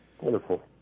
Wonderful